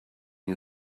you